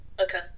okay